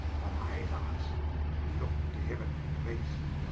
one eye thou hast to looke to heauen for grace.